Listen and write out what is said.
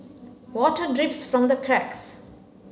water drips from the cracks